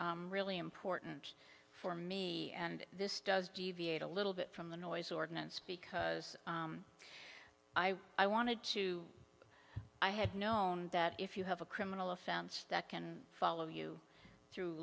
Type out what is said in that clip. was really important for me and this does deviate a little bit from the noise ordinance because i i wanted too i had known that if you have a criminal offense that can follow you through